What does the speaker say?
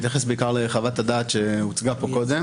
בבית המשפט לחוקה בגרמניה עשו דבר כזה.